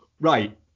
right